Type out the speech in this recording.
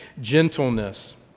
Gentleness